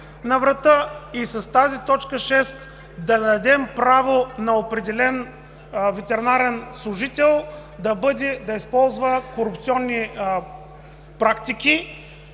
на врата и с тази т. 6 да дадем право на определен ветеринарен служител да използва корупционни практики,